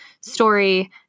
story